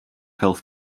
health